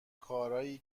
کارایی